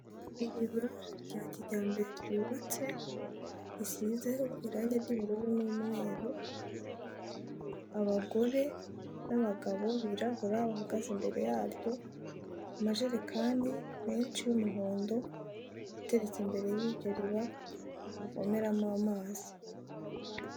Iriba rya kijyambere ryubatse risizeho irange ry'ubururu n'umweru, abagore n'abagabo birabura bahagaze imbere yaryo, amajerekani menshi y'umuhondo ateretse imbere y'iryo riba bavomeramo amazi.